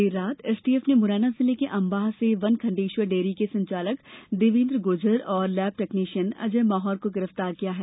देर रात एसटीएफ ने मुरैना जिले के अंबाह से वनखंडेश्वर डेयरी के संचालक देवेन्द्र गुर्जर और लैब टेक्नीशियन अजय माहौर को गिरफतार किया है